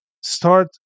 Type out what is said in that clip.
start